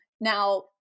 now